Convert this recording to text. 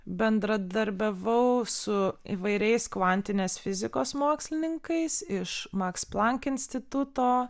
bendradarbiavau su įvairiais kvantinės fizikos mokslininkais iš maks plank instituto